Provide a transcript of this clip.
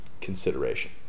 consideration